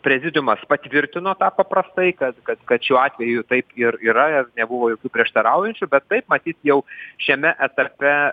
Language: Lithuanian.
prezidiumas patvirtino tą paprastai kad kad kad šiuo atveju taip ir yra ir nebuvo jokių prieštaraujančių bet taip matyt jau šiame etape